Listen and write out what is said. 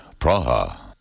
Praha